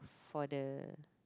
for the